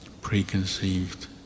preconceived